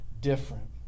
different